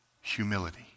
humility